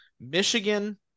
Michigan